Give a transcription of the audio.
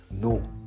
No